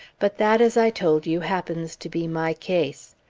but that, as i told you, happens to be my case.